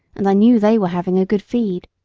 and i knew they were having a good feed.